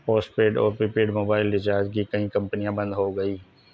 postpaid और prepaid mobile recharge की कई कंपनियां बंद हो गई